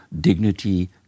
dignity